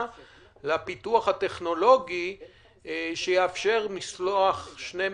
לפיתוח הטכנולוגי שיאפשר משלוח שני מסרונים?